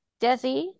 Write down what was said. Desi